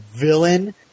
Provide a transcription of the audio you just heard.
villain